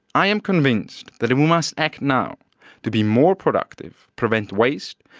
i am convinced that and we must act now to be more productive, prevent waste,